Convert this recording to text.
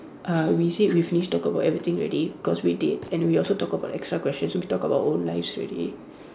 uh we say we finished talk about everything already cause we did and we also talk about extra questions so we talk about our own lives already